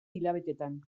hilabeteetan